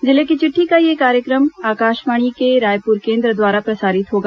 जिले की चिट़ठी का यह कार्यक्रम आकाशवाणी के रायप्र केंद्र द्वारा प्रसारित होगा